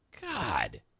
God